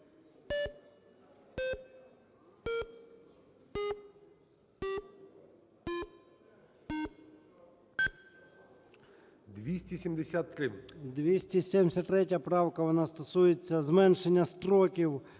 273 правка, вона стосується зменшення строків,